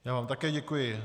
Já vám také děkuji.